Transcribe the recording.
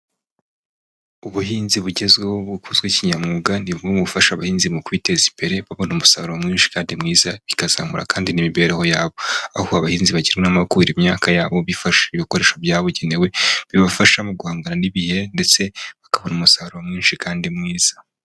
Ubuhinzi bugezweho bukozwe kinyamwuga, ni bumwe bufasha abahinzi mu kwiteza imbere, ba kubona umusaruro mwinshi kandi mwiza, bikazamura kandi n'imibereho yabo. Aho abahinzi bakemo kuhira imyaka yabo bifashishije ibikoresho byabugenewe, bibafasha mu guhangana n'ibihe, ndetse bakabona umusaruro mwinshi kandi mwiza.